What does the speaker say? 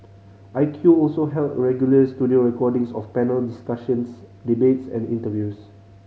I Q also held regular studio recordings of panel discussions debates and interviews